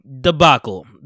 Debacle